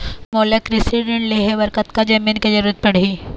मोला कृषि ऋण लहे बर कतका जमीन के जरूरत पड़ही?